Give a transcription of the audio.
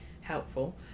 helpful